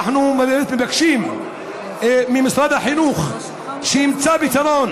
אנחנו מבקשים ממשרד החינוך שימצא פתרון,